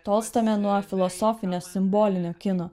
tolstame nuo filosofinio simbolinio kino